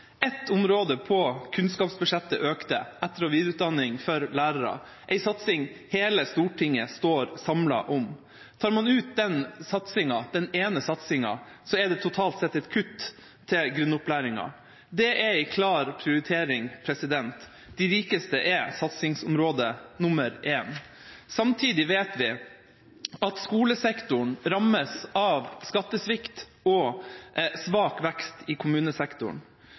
et kutt til grunnopplæringa. Det er en klar prioritering. De rikeste er satsingsområde nummer én. Samtidig vet vi at skolesektoren rammes av skattesvikt og svak vekst i kommunesektoren.